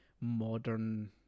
modern